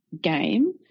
game